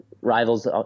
rivals